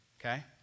Okay